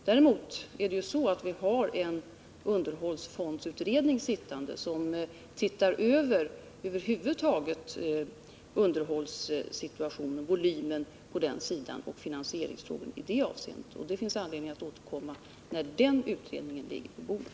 Däremot är det så att vi har en underhållsfondsutredning som över huvud taget granskar underhållssituationen, volymen på underhållet och finansieringsfrågorna i det avseendet. Det finns anledning att återkomma när den utredningen ligger på bordet.